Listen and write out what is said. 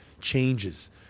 changes